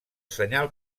senyal